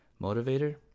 motivator